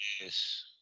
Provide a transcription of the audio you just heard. Yes